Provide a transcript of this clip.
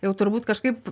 jau turbūt kažkaip